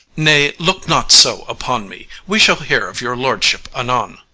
nay, look not so upon me we shall hear of your lordship anon.